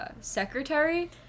secretary